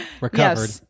Recovered